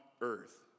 earth